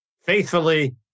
faithfully